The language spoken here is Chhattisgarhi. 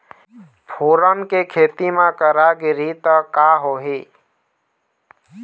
फोरन के खेती म करा गिरही त का होही?